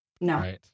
No